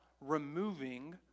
removing